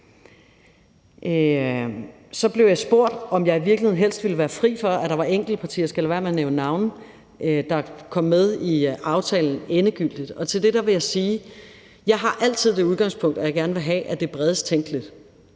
Så blev jeg spurgt, om jeg i virkeligheden helst ville være fri for, at der var enkelte partier, og jeg skal lade være med at nævne navne, der kom med i aftalen endegyldigt. Til det vil jeg sige, at jeg altid har det udgangspunkt, at jeg gerne vil have det bredest tænkelige,